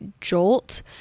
jolt